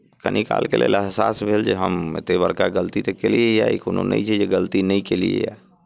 कनि कालके लेल अहसास भेल जे हम एतेक बड़का गलती तऽ केलियैए ई कोनो नहि छै जे गलती नहि केलियैए